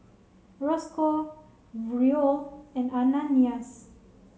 Rosco Roel and Ananias